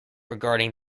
regarding